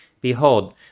Behold